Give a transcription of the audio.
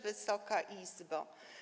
Wysoka Izbo!